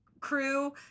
crew